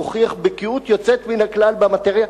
מוכיח בקיאות יוצאת מן הכלל במאטריה.